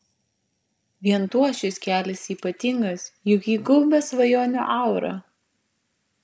vien tuo šis kelias ypatingas juk jį gaubia svajonių aura